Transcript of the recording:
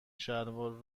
شلوار